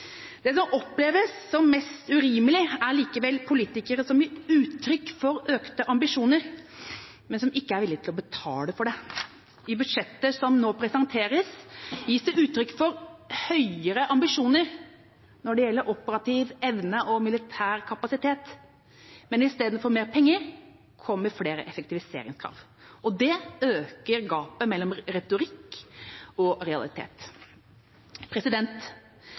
Det som oppleves som mest urimelig, er likevel politikere som gir uttrykk for økte ambisjoner, men som ikke er villige til å betale for det. I budsjettet som nå presenteres, gis det uttrykk for høyere ambisjoner når det gjelder operativ evne og militær kapasitet, men i stedet for mer penger kommer flere effektiviseringskrav. Det øker gapet mellom retorikk og realitet.